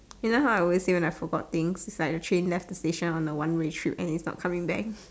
you know how I always say when I forgot things it's like the train left the station on a one way trip and is not coming back